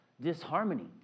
disharmony